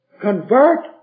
convert